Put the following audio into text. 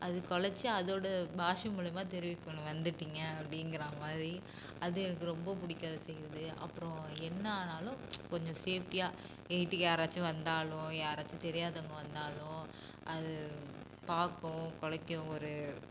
அது கொலச்சு அதோடய பாஷை மூலயமா தெரிவிக்கும்னு வந்துட்டிங்க அப்படிங்கிற மாதிரி அது எனக்கு ரொம்ப பிடிக்கும் அது செய்யிறது அப்புறோம் என்ன ஆனாலும் கொஞ்சம் சேஃப்டியாக வீட்டுக்கு யாராச்சு வந்தாலும் யாராச்சு தெரியாதவங்க வந்தாலும் அது பார்க்கும் குலைக்கும் ஒரு